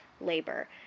labor